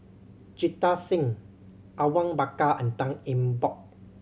Jita Singh Awang Bakar and Tan Eng Bock